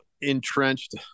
entrenched